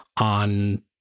on